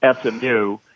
SMU